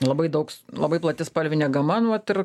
labai daug labai plati spalvinė gama nu vat ir